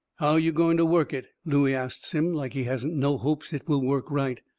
how you going to work it? looey asts him, like he hasn't no hopes it will work right.